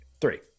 Three